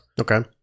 Okay